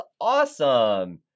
awesome